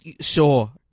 Sure